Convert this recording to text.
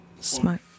smoke